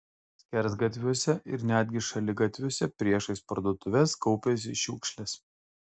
skersgatviuose ir netgi šaligatviuose priešais parduotuves kaupėsi šiukšlės